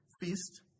feast